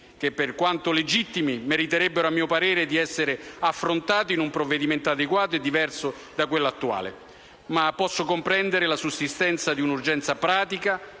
che, per quanto legittimi, meriterebbero a mio parere di essere affrontati in un provvedimento adeguato e diverso da quello attuale. Ma posso comprendere la sussistenza di un'urgenza pratica